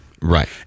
right